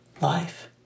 life